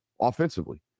offensively